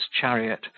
chariot